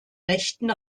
rechten